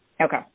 Okay